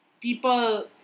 people